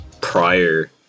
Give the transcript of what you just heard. prior